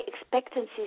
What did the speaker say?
expectancies